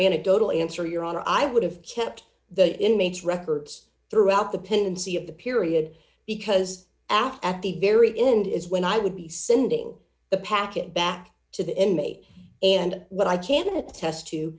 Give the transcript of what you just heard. anecdotal answer your honor i would have kept the inmates records throughout the pendency of the period because after at the very end is when i would be sending a packet back to the inmate and what i can attest to